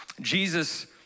Jesus